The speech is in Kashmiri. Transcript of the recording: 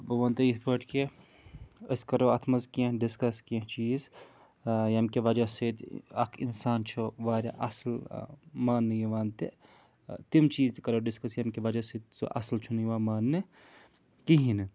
بہٕ وَنہٕ تۄہہِ یِتھ پٲٹھۍ کہِ أسۍ کَرو اَتھ منٛز کینٛہہ ڈِسکَس کینٛہہ چیٖز ییٚمہِ کہِ وجہ سۭتۍ اَکھ اِنسان چھُ واریاہ اَصٕل ماننہٕ یِوان تہِ تِم چیٖز تہِ کَرو ڈِسکَس ییٚمہِ کہِ وجہ سۭتۍ سُہ اَصٕل چھُنہٕ یِوان ماننہٕ کِہیٖنۍ نہٕ